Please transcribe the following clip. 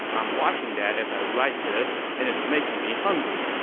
i'm watching that as i write this, and it's making me hungry.